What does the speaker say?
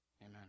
Amen